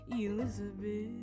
Elizabeth